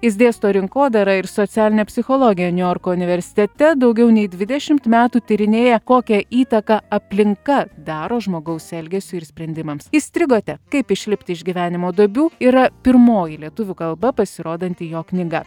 jis dėsto rinkodarą ir socialinę psichologiją niujorko universitete daugiau nei dvidešimt metų tyrinėja kokią įtaką aplinka daro žmogaus elgesiui ir sprendimams įstrigote kaip išlipti iš gyvenimo duobių yra pirmoji lietuvių kalba pasirodanti jo knyga